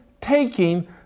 taking